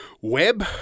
web